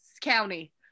County